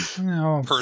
No